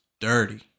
dirty